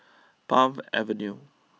Palm Avenue